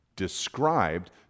described